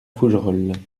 fougerolles